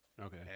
Okay